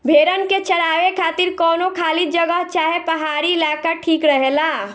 भेड़न के चरावे खातिर कवनो खाली जगह चाहे पहाड़ी इलाका ठीक रहेला